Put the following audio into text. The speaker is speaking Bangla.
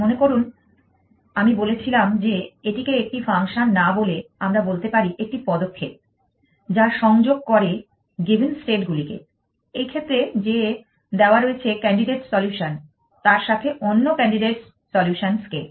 মনে করুন আমি বলেছিলাম যে এটিকে একটি ফাংশন না বলে আমরা বলতে পারি একটি পদক্ষেপ যা সংযোগ করে গিভেন স্টেট গুলিকে এই ক্ষেত্রে যে দেওয়া রয়েছে ক্যান্ডিডেট সলিউশন তার সাথে অন্য ক্যান্ডিডেটস সলিউশনস কে